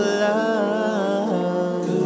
love